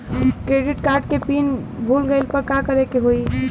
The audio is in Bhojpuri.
क्रेडिट कार्ड के पिन भूल गईला पर का करे के होई?